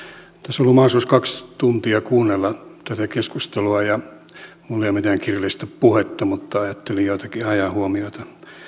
ollut mahdollisuus kaksi tuntia kuunnella tätä keskustelua ja minulla ei ole mitään kirjallista puhetta mutta ajattelin joitakin hajahuomioita